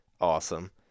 Awesome